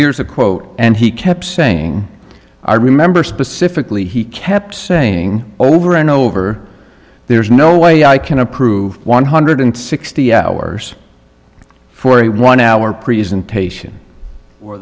here's a quote and he kept saying i remember specifically he kept saying over and over there's no way i can approve one hundred sixty hours for a one hour presentation or